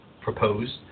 proposed